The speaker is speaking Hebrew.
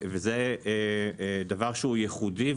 וזה דבר שהוא ייחודי,